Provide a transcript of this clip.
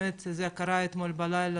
באמת זה קרה אתמול בלילה,